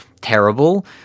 Terrible